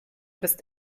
bist